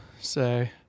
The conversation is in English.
say